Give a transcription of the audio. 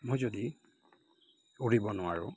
মই যদি উৰিব নোৱাৰোঁ